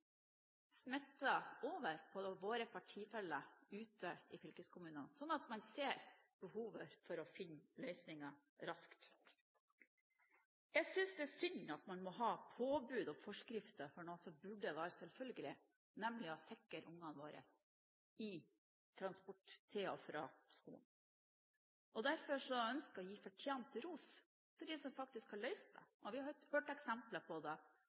smitter over på våre partifeller ute i fylkeskommunene, sånn at man ser behovet for å finne løsninger raskt. Jeg synes det er synd at man må ha påbud og forskrifter for noe som burde være selvfølgelig, nemlig å sikre barna våre i transporten til og fra skolen, og derfor ønsker vi å gi fortjent ros til dem som faktisk har løst problemet. Vi har hørt eksempler på det